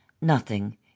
Nothing